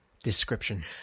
Description